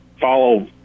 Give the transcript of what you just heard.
follow